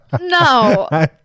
no